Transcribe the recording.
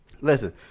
listen